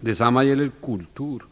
Detsamma gäller kultur.